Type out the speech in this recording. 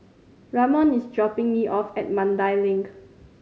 Ramon is dropping me off at Mandai Link